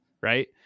right